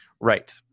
Right